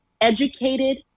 educated